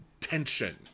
tension